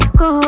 go